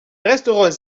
resteront